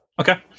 Okay